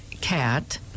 cat